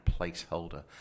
placeholder